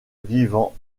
vivant